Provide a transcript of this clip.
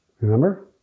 Remember